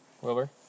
Wilbur